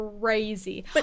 crazy